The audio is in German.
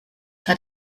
hat